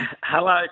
hello